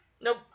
Nope